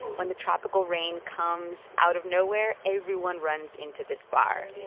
when the tropical rain comes out of nowhere, everyone runs into this bar.